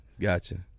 Gotcha